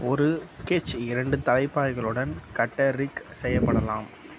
ஒரு கெட்ச் இரண்டு தலைப்பாகைகளுடன் கட்டர்ரிக் செய்யப்படலாம்